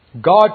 God